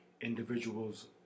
individuals